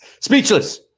speechless